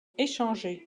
échangé